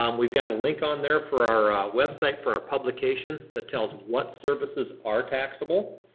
um we've got a link on there for our website for our publication that tells what services are taxable.